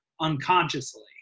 unconsciously